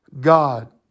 God